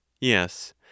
Yes